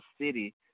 city